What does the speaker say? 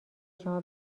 شما